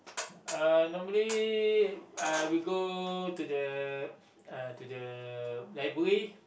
uh normally I will go to the uh to the library